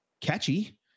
catchy